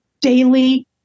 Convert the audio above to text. daily